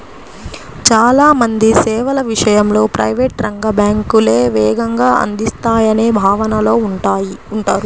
చాలా మంది సేవల విషయంలో ప్రైవేట్ రంగ బ్యాంకులే వేగంగా అందిస్తాయనే భావనలో ఉంటారు